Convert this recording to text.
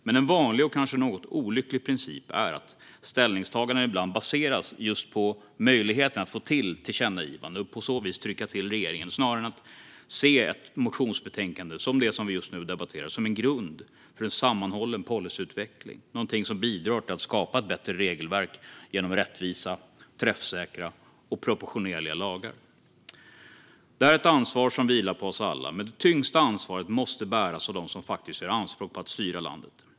Men en vanlig och kanske något olycklig princip är att ställningstaganden ibland baseras just på möjligheten att få till tillkännagivanden, och på så vis trycka till regeringen, snarare än att se ett motionsbetänkande, som det som vi just nu debatterar, som en grund för en sammanhållen policyutveckling, något som bidrar till att skapa ett bättre regelverk genom rättvisa, träffsäkra och proportionerliga lagar. Detta är ett ansvar som vilar på oss alla, men det tyngsta ansvaret måste bäras av dem som faktiskt gör anspråk på att styra landet.